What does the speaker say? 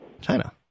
China